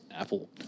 Apple